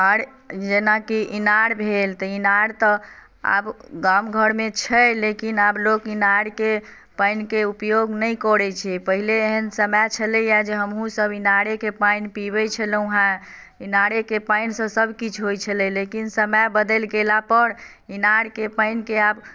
आओर जेनाकि इनार भेल तऽ इनार तऽ आब गाम घर मे छै लेकिन आब लोक इनार के पानि के उपयोग नहि करै छै पहिले एहन समय छलैया जे हमहुँ सब इनारे के पानि पीबै छलहुॅं हँ इनारे के पानि से सब किछु होइ छलय लेकिन समय बदलि गेला पर इनार के पानि के आब